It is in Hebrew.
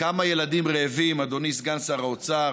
כמה ילדים רעבים, אדוני סגן שר האוצר,